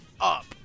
up